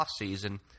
offseason